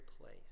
place